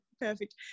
perfect